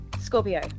Scorpio